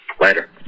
Later